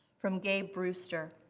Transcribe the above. from gabe brewster